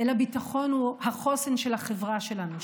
אלא ביטחון הוא החוסן של החברה שלנו,